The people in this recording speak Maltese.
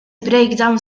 breakdown